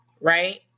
right